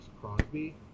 Crosby